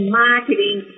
marketing